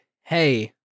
hey